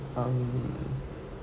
um